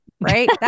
right